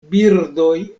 birdoj